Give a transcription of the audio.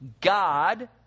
God